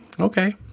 okay